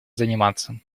заниматься